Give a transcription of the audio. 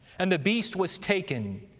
and the beast was taken,